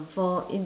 for in~